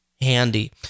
handy